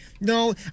No